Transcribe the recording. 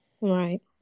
Right